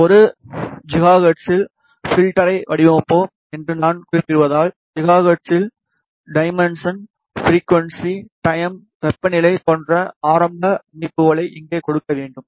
1 ஜிகாஹெர்ட்ஸில் ஃப்ல்டரை வடிவமைப்போம் என்று நான் குறிப்பிடுவதால் ஜிகாஹெர்ட்ஸில் டைமென்ஷன் ஃபிரிக்குவன்ஸி டைம் வெப்பநிலை போன்ற ஆரம்ப அமைப்புகளை இங்கே கொடுக்க வேண்டும்